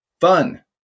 Fun